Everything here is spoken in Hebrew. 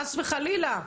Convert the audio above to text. חס וחלילה,